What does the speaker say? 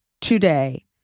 today